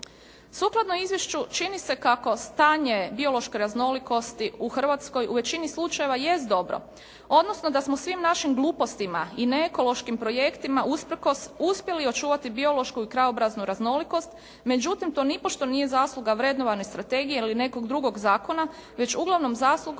Sukladno izvješću čini se kako stanje biološke raznolikosti u Hrvatskoj u većini slučajeva jest dobro odnosno da smo svim našim glupostima i neekološkim projektima usprkos uspjeli očuvati biološku i krajobraznu raznolikost međutim to nipošto nije zasluga vrednovane strategije ili nekog drugog zakona već uglavnom zaslugom